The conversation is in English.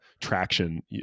traction